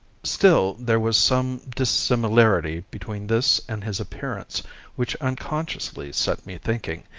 still, there was some dissimilarity between this and his appearance which unconsciously set me thinking,